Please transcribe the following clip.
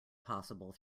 possible